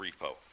repo